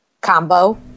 combo